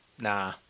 Nah